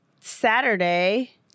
Saturday